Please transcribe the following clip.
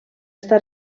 està